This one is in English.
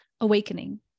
awakening